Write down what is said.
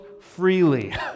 freely